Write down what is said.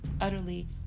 utterly